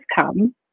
come